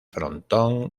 frontón